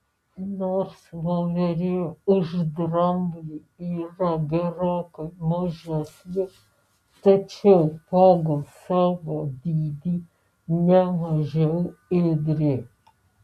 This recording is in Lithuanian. nors voverė už dramblį yra gerokai mažesnė tačiau pagal savo dydį ne mažiau ėdri